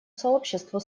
сообществу